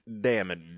damage